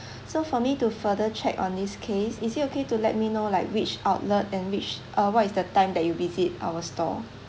so for me to further check on this case is it okay to let me know like which outlet and which uh what is the time that you visit our store